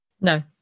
No